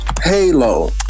halo